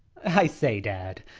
i say, dad,